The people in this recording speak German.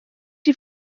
die